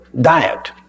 diet